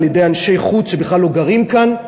על-ידי אנשי חוץ שבכלל לא גרים כאן,